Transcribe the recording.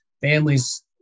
families